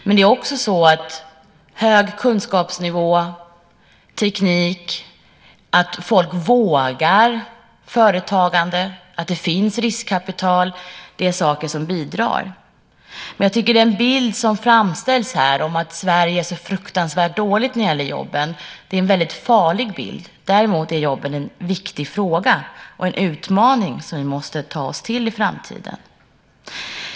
Det är också så att hög kunskapsnivå, teknik, att folk vågar företagande och att det finns riskkapital är saker som bidrar. Men jag tycker att den bild som framställs här om att Sverige är så fruktansvärt dåligt när det gäller jobben är en väldigt farlig bild. Däremot är jobben en viktig fråga och en utmaning som vi måste ta till oss i framtiden.